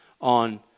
on